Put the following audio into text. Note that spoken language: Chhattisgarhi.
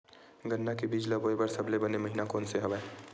गन्ना के बीज ल बोय बर सबले बने महिना कोन से हवय?